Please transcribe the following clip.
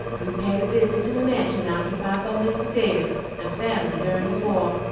we paid a visit to the mansion occupied by mr. davis and family during the war,